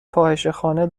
فاحشهخانه